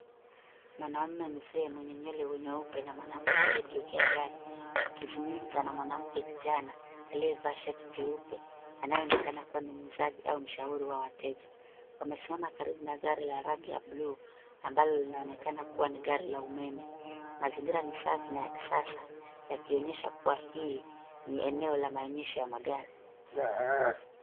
Mwanamume mzee mwenye nywele nyeupe na mwanamke aliyegeukia gari wakizungumza na mwanamke kijana aliyevaa shati jeupe, anayeonekana kuwa ni muuzaji au mshauri wa wateja. Wamesimama karibu na gari la rangi ya bluu ambalo linaonekana kuwa ni gari la umeme. Mazingira ni safi na ya kisasa yakionyesha kuwa hii ni eneo la maonyesho ya magari.